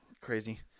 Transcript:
Crazy